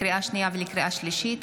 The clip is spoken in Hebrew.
לקריאה שנייה ולקריאה שלישית,